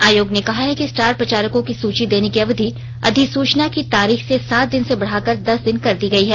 आयोग ने कहा है कि स्टार प्रचारकों की सुची देने की अवधि अधिसूचना की तारीख से सात दिन से बढ़ाकर दस दिन कर दी गई है